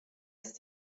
ist